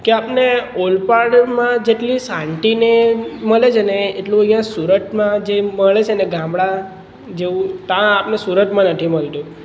કે અમને ઓલપાણમાં જેટલી શાંતિ ને મળે છે ને એટલું અહીંયાં સુરતમાં જે મળે છે ને ગામડા જેવું ત્યાં આપણે સુરતમાં નથી મળતું